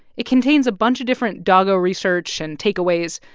it contains a bunch of different doggo research and takeaways.